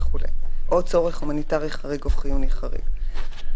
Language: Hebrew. או צורך הומניטרי חריג או צורך חיוני חריג וכולי.